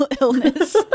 illness